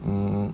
嗯